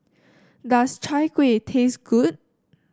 does Chai Kueh taste good